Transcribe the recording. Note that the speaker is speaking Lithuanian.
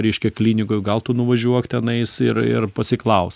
reiškia klinikoj gal tu nuvažiuok tenais ir ir pasiklaus